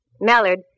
Mallard